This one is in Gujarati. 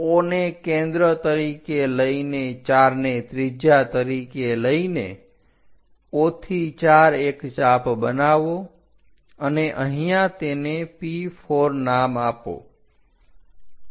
O ને કેન્દ્ર તરીકે લઈને 4 ને ત્રિજ્યા તરીકે લઈને O થી 4 એક ચાપ બનાવો અને અહીંયા તેને P4 નામ આપો